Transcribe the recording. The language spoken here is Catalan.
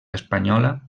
espanyola